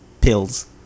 pills